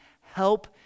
help